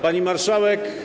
Pani Marszałek!